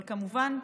אבל כמובן,